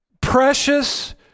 precious